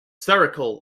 spherical